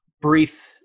brief